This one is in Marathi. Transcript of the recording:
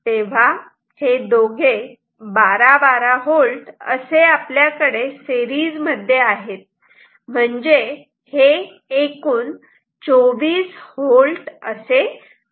तेव्हा हे दोघे 1212V असे आपल्याकडे सेरीज मध्ये आहेत म्हणजे हे एकूण 24V आहे